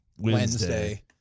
Wednesday